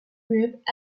group